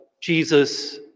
Jesus